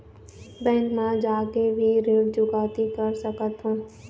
Bank मा जाके भी ऋण चुकौती कर सकथों?